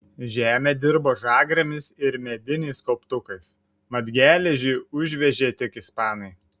žemę dirbo žagrėmis ir mediniais kauptukais mat geležį užvežė tik ispanai